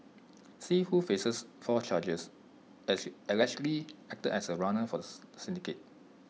see who faces four charges allegedly acted as A runner for the syndicate